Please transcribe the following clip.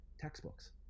textbooks